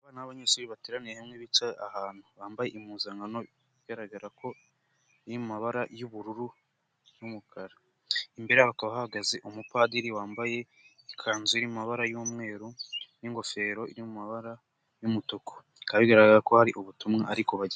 Abana b'abanyeshuri bateraniye hamwe bicaye ahantu bambaye impuzankano bigaragara ko iri mu mabara y'ubururu n'umukara. Imbere yabo hakaba hahagaze umupadiri wambaye ikanzu iri mu mabara y'umweru n'ingofero iri mu mabara y'umutuku bikaba bigaragara ko hari ubutumwa ari ku bagenera.